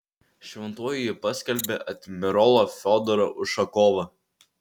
šventuoju ji paskelbė admirolą fiodorą ušakovą